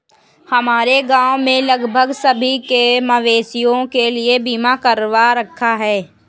हमारे गांव में लगभग सभी ने मवेशियों के लिए बीमा करवा रखा है